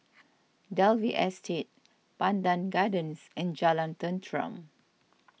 Dalvey Estate Pandan Gardens and Jalan Tenteram